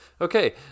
Okay